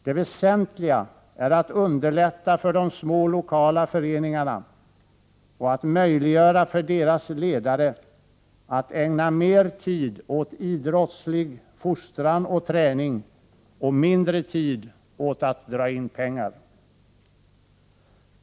Det väsentliga är att underlätta för de små lokala föreningarna och möjliggöra för deras ledare att ägna mer tid åt idrottslig fostran och träning och mindre tid åt att dra in pengar.